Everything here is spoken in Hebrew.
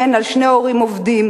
כן, על שני הורים עובדים.